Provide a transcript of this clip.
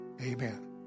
Amen